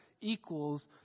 equals